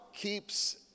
keeps